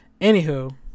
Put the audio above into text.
Anywho